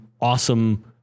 awesome